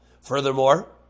Furthermore